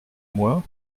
moi